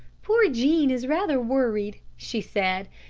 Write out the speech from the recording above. poor jean is rather worried, she said.